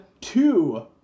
two